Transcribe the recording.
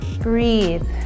breathe